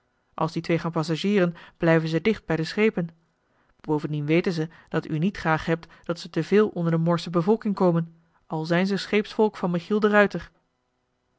als die twee gaan passagieren blijven ze dicht bij de schepen bovendien weten ze dat u niet graag hebt dat ze te veel onder de moorsche bevolking komen al zijn ze scheepsvolk van michiel de ruijter